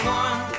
one